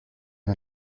une